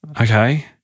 okay